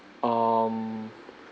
um